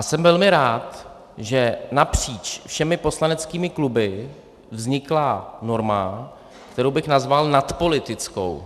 Jsem velmi rád, že napříč všemi poslaneckými kluby vznikla norma, kterou bych nazval nadpolitickou.